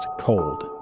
Cold